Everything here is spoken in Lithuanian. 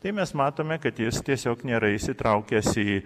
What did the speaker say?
tai mes matome kad jis tiesiog nėra įsitraukęs į